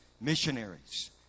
missionaries